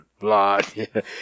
blood